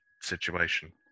situation